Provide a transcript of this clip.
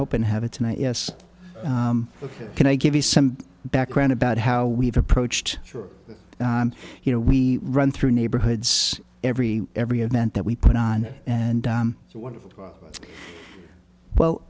hoping to have it tonight yes ok can i give you some background about how we've approached sure you know we run through neighborhoods every every event that we put on it and